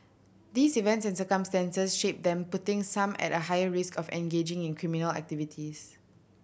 these events and circumstances shape them putting some at a higher risk of engaging in criminal activities